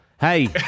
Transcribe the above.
Hey